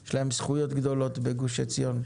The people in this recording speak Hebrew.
יש להם זכויות גדולות בגוש עציון.